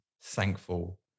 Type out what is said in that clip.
thankful